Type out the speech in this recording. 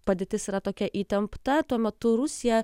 padėtis yra tokia įtempta tuo metu rusija